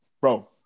bro